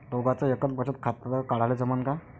दोघाच एकच बचत खातं काढाले जमनं का?